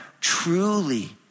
truly